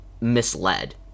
misled